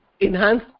enhance